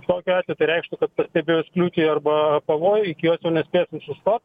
kokiu atveju tai reikštų kad pastebėjus kliūtį arba pavojų iki jos jau nespėsim sustot